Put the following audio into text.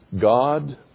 God